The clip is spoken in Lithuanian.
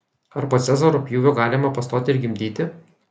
ar po cezario pjūvio galima pastoti ir gimdyti